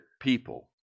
people